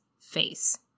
face